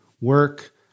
work